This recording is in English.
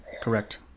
Correct